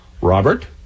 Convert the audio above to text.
Robert